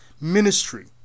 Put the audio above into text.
ministry